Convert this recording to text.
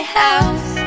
house